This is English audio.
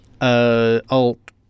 Alt